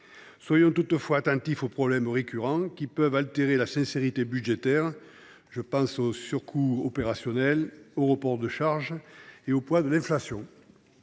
Soyons toutefois attentifs aux problèmes récurrents, qui peuvent altérer la sincérité budgétaire : les surcoûts opérationnels, les reports de charges et le poids de l’inflation.